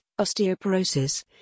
osteoporosis